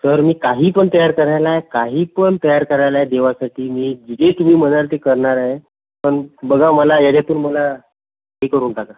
sir मी काही पण तयार करायला आहे काही पण तयार करायला आहे देवासाठी मी जे तुम्ही म्हणाल ते करणार आहे पण बघा मला याच्यातून मला हे करून टाका